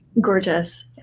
gorgeous